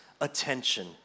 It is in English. attention